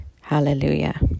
Hallelujah